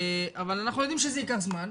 אבל אנחנו יודעים שזה ייקח זמן,